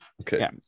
Okay